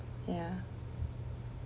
ya